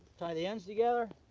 tie the ends together,